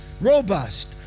robust